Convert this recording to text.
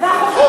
חוק